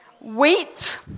Wheat